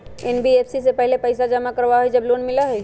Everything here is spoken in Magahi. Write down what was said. एन.बी.एफ.सी पहले पईसा जमा करवहई जब लोन मिलहई?